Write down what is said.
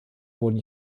wurden